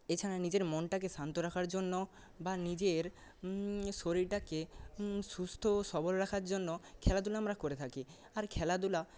এছাড়া নিজের মনটাকে শান্ত রাখার জন্য বা নিজের শরীরটাকে সুস্থ ও সবল রাখার জন্য খেলাধুলা আমরা করে থাকি আর খেলাধুলা